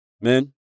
Men